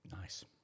nice